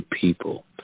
people